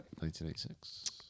1986